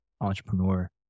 entrepreneur